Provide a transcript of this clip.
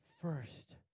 first